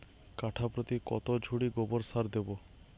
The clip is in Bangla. কাঠাপ্রতি কত ঝুড়ি গোবর সার দেবো?